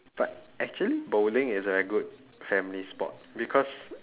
but actually bowling is a good family sport because